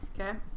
Okay